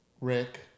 Rick